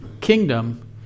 kingdom